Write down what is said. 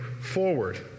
forward